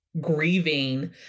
grieving